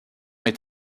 est